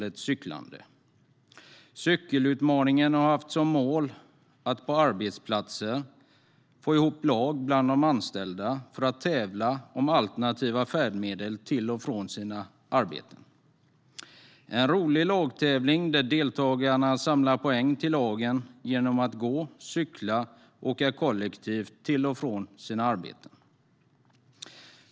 När det gäller Cykelutmaningen har man haft som mål att på arbetsplatser få ihop lag bland de anställda som tävlar om att använda alternativa färdmedel till och från sina arbeten. Det är en rolig lagtävling där deltagarna samlar poäng till lagen genom att gå, cykla och åka kollektivt till och från sina arbeten.